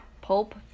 Pulp